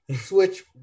Switch